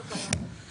זה בעד ממושך.